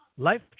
life